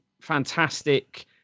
fantastic